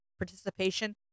Participation